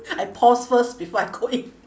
I pause first before I go in